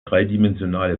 dreidimensionale